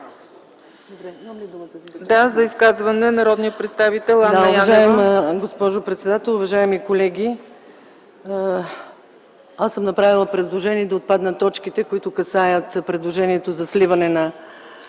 За изказване – народният представител Анна Янева.